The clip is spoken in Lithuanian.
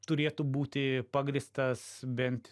turėtų būti pagrįstas bent